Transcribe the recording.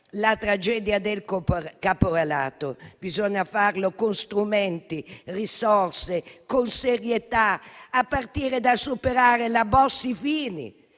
la tragedia del caporalato, bisogna farlo con strumenti, risorse, con serietà, a partire dal superamento della legge